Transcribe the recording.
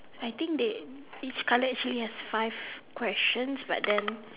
I think they this colour actually have five questions but then